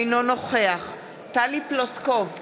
אינו נוכח טלי פלוסקוב,